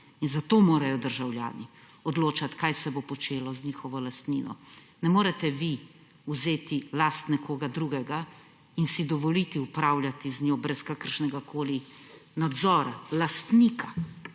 in zato morajo državljani odločati, kaj se bo počelo z njihovo lastnino. Ne morete vi vzeti lasti nekoga drugega in si dovoliti upravljati z njo brez kakršnegakoli nadzora lastnika,